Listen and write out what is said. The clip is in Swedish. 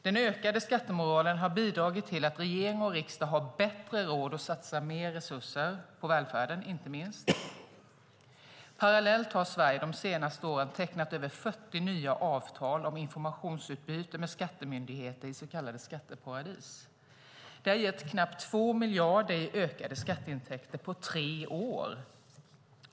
Den ökade skattemoralen har bidragit till att regering och riksdag har bättre råd att satsa mer resurser, inte minst på välfärden. Parallellt har Sverige under de senaste åren tecknat över 40 nya avtal om informationsutbyte med skattemyndigheter i så kallade skatteparadis. Det har gett nästan 2 miljarder i ökade skatteintäkter på tre år.